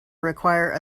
require